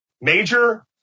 major